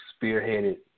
spearheaded